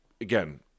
again